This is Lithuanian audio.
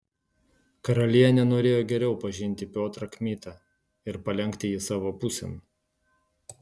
karalienė norėjo geriau pažinti piotrą kmitą ir palenkti jį savo pusėn